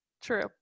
True